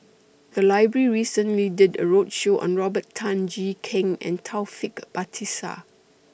The Library recently did A roadshow on Robert Tan Jee Keng and Taufik Batisah